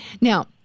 Now